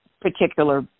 particular